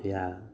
या